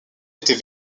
était